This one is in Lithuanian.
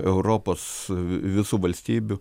europos visų valstybių